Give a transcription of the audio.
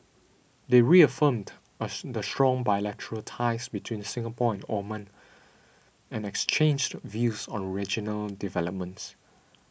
they reaffirmed us the strong bilateral ties between Singapore and Oman and exchanged views on regional developments